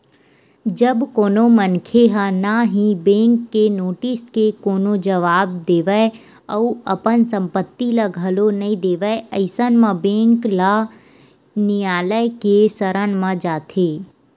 जब कोनो मनखे ह ना ही बेंक के नोटिस के कोनो जवाब देवय अउ अपन संपत्ति ल घलो नइ देवय अइसन म बेंक ल नियालय के सरन म जाथे